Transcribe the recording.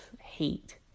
hate